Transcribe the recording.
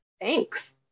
thanks